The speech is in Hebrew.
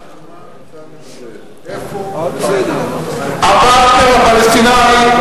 איפה הפרטנר הפלסטיני?